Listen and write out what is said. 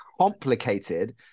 complicated